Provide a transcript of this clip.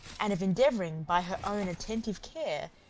and of endeavouring, by her own attentive care,